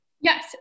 Yes